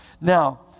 Now